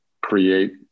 create